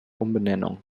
umbenennung